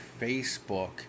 Facebook